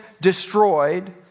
destroyed